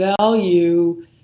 value